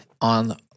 on